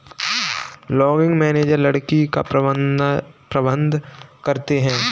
logging manager लकड़ी का प्रबंधन करते है